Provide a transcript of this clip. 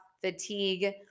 fatigue